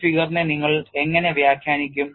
ഈ figure നെ നിങ്ങൾ എങ്ങനെ വ്യാഖ്യാനിക്കും